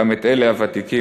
וגם את אלה הוותיקים,